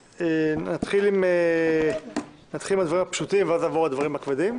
נתחיל מהדברים הפשוטים ואז נעבור לדברים הכבדים.